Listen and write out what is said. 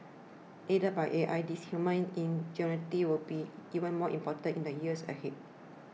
aided by A I this human ingenuity will be even more important in the years ahead